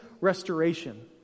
restoration